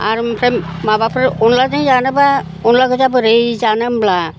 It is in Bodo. आरो ओमफ्राय माबाफोर अनलाजों जानोबा अनला गोजा बोरै जानो होमब्ला